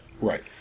Right